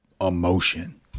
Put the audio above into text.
emotion